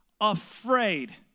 afraid